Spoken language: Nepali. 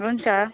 हुन्छ